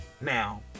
Now